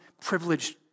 privileged